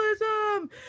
capitalism